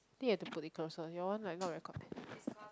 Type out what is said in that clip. think you have to put it closer your one like not recording